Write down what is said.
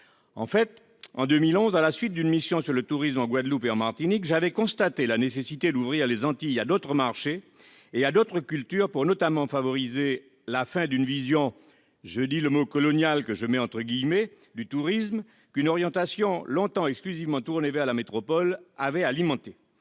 De fait, en 2011, à la suite d'une mission sur le tourisme en Guadeloupe et en Martinique, j'avais constaté la nécessité d'ouvrir les Antilles à d'autres marchés et à d'autres cultures, pour favoriser notamment la fin d'une vision « coloniale » du tourisme qu'une orientation longtemps exclusivement tournée vers la métropole a pu alimenter.